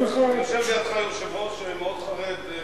יושב לידך יושב-ראש שמאוד חרד,